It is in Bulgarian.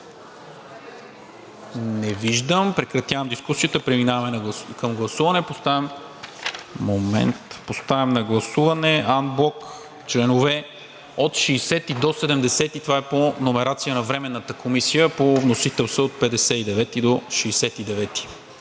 Не виждам. Прекратявам дискусията и преминаваме към гласуване. Поставям на гласуване анблок членове от 60 до 70. Това е по номерация на Временната комисия. По вносител са от 59 до 69.